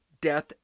death